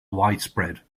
widespread